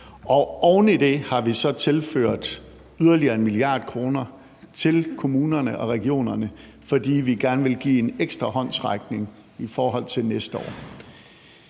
Og oven i det har vi så tilført yderligere 1 mia. kr. til kommunerne og regionerne, fordi vi gerne vil give en ekstra håndsrækning i forhold til næste år.